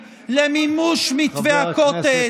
למימוש מתווה הכותל.